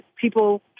People